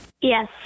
Yes